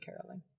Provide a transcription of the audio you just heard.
caroling